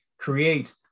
create